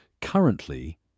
currently